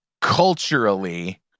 culturally